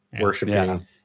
worshiping